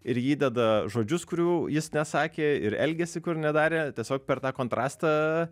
ir įdeda žodžius kurių jis nesakė ir elgiasi kur nedarė tiesiog per tą kontrastą